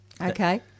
Okay